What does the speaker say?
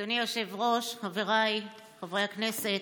אדוני היושב-ראש, חבריי חברי הכנסת,